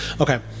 Okay